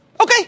Okay